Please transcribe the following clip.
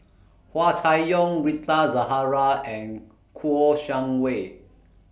Hua Chai Yong Rita Zahara and Kouo Shang Wei